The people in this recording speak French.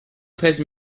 treize